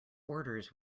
orders